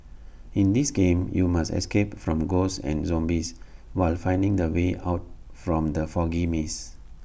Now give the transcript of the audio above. in this game you must escape from ghosts and zombies while finding the way out from the foggy maze